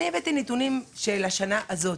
אני הבאתי נתונים של השנה הזאת.